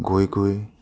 গৈ গৈ